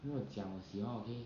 没有讲我喜欢 okay